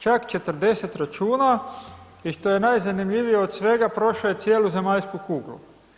Čak 40 računa i što je najzanimljivije od svega prošo je cijelu zemaljsku kuglu.